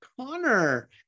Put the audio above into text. Connor